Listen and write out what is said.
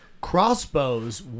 Crossbows